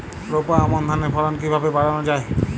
রোপা আমন ধানের ফলন কিভাবে বাড়ানো যায়?